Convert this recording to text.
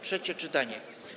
Trzecie czytanie.